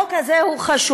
החוק הזה חשוב.